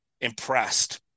impressed